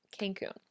Cancun